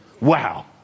Wow